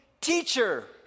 teacher